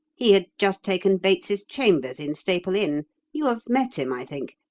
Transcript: he had just taken bates's chambers in staple inn you have met him, i think.